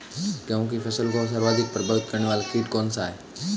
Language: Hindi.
गेहूँ की फसल को सर्वाधिक प्रभावित करने वाला कीट कौनसा है?